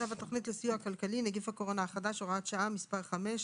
צו התוכנית לסיוע כלכלי (נגיף הקורונה החדש) (הוראת שעה) (מס' 5),